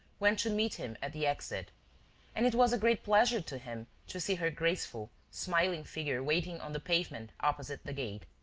went to meet him at the exit and it was a great pleasure to him to see her graceful, smiling figure waiting on the pavement opposite the gate.